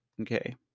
okay